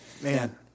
Man